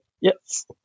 Yes